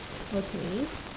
okay